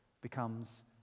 becomes